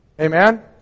Amen